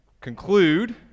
conclude